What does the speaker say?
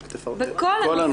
תפרטי.